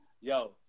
Yo